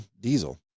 diesel